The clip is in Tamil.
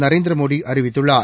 நரேந்திரமோடி அறிவித்துள்ளார்